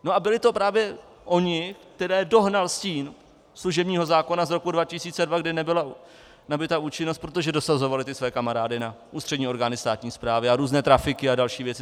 A byli to právě oni, které dohnal stín služebního zákona z roku 2002, kdy nebyla nabyta účinnost, protože dosazovali ty své kamarády na ústřední orgány státní správy, různé trafiky a další věci.